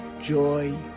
joy